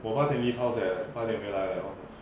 我八点 leave house leh 八点回来了